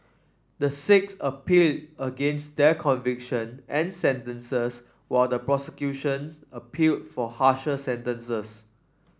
the six appealed against their conviction and sentences while the prosecution appealed for harsher sentences